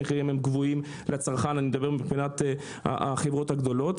המחירים של החברות הגדולות לצרכן גבוהים.